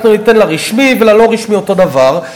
אנחנו ניתן לרשמי וללא-רשמי אותו דבר,